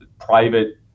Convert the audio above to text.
private